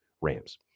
Rams